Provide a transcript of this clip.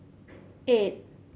eight